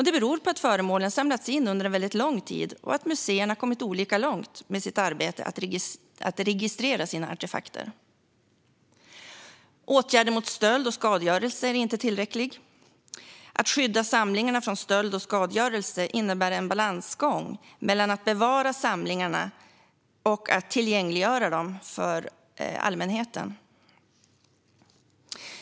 Det beror på att föremålen har samlats in under lång tid och att museerna har kommit olika långt med sitt arbete med att registrera sina artefakter. Åtgärderna mot stöld och skadegörelse är inte tillräckliga. Att skydda samlingarna från stöld och skadegörelse innebär en balansgång mellan att bevara samlingarna och att tillgängliggöra dem för allmänheten.